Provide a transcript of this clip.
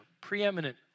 preeminent